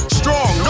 strong